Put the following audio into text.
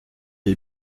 est